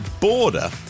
border